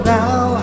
now